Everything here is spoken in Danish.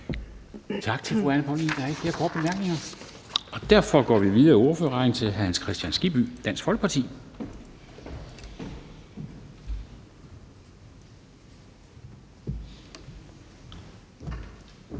Tak til fru Anne Paulin. Der er ikke flere korte bemærkninger, og derfor går vi videre i ordførerrækken til hr. Hans Kristian Skibby, Dansk Folkeparti. Kl.